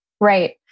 right